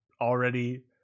already